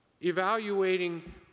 evaluating